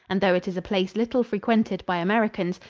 and though it is a place little frequented by americans,